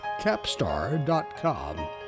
Capstar.com